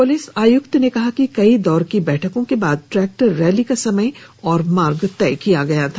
police आयुक्त ने कहा कि कई दौर की बैठकों के बाद ट्रैक्टर रैली का समय और मार्ग तय किया गया था